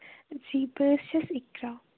جی بہٕ حظ چھَس اِقرا